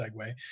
segue